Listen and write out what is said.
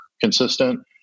consistent